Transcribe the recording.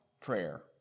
prayer